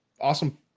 Awesome